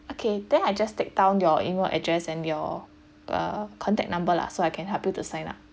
okay then I'll just take down your email address and your uh contact number lah so I can help you to sign up